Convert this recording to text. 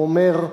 הוא אומר: